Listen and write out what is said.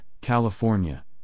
California